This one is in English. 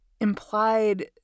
implied